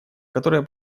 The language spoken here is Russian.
которое